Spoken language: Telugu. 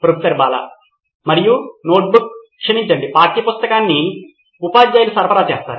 ప్రొఫెసర్ బాలా మరియు నోట్బుక్ క్షమించండి పాఠ్యపుస్తకాన్ని ఉపాధ్యాయులు సరఫరా చేస్తారు